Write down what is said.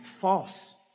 false